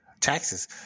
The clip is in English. Taxes